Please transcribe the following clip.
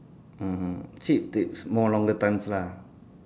mmhmm ship takes more longer times lah